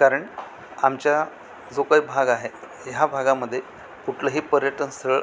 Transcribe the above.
कारण आमच्या जो काही भाग आहे ह्या भागामध्ये कुठलंही पर्यटन स्थळ